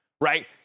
right